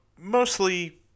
mostly